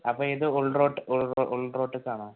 അപ്പോൾ ഇത് ഉൽറോട്ട് ഉൾറോ ഉൾറോട്ടിക്കാണോ